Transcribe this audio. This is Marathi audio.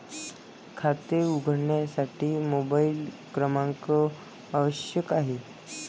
खाते उघडण्यासाठी मोबाइल क्रमांक आवश्यक आहे